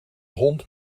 hond